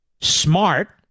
smart